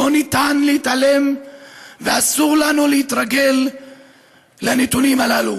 לא ניתן להתעלם ואסור לנו להתרגל לנתונים הללו.